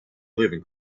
living